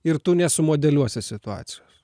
ir tu nesumodeliuosi situacijos